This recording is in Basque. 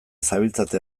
zabiltzate